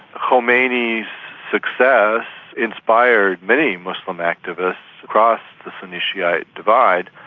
khomeini's success inspired many muslim activists across the sunni-shiite divide,